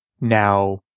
Now